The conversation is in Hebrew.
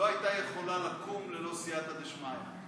לא הייתה יכולה לקום ללא סייעתא דשמיא.